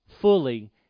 fully